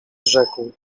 rzekł